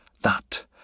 That